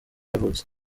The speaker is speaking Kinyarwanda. yavutse